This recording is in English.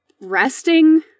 resting